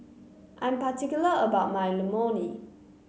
I'm particular about my Imoni